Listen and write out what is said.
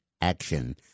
action